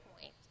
point